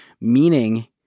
Meaning